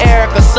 Erica